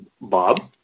Bob